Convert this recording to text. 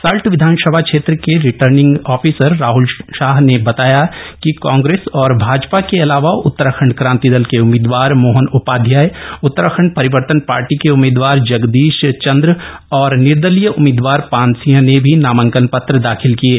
सल्ट विधानसभा क्षेत्र के रिटर्निंग ऑफिसर राहल शाह ने बताया कि कांग्रेस और भाजपा के अलावा उत्तराखण्ड क्रांति दल के उम्मीदवार मोहन उपाध्याय उतराखण्ड परिर्वतन पार्टी के उम्मीदवार जगदीश चन्द्र और निर्दलीय उम्मीदवार पान सिंह ने भी नामांकन पत्र दाखिल किये